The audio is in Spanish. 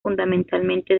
fundamentalmente